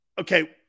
Okay